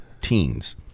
teens